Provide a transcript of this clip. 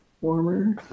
Warmer